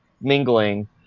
mingling